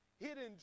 hidden